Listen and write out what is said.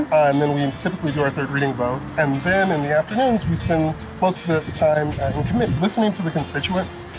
and then we typically do our third reading vote, and then in the afternoons, we spend most of the time in committee. listening to the constituents,